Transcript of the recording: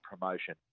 promotion